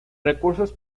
recursos